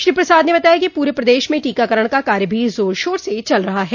श्री प्रसाद ने बताया कि पूरे प्रदेश में टीकाकरण का कार्य भी जोर शोर से चल रहा है